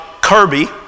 Kirby